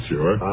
Sure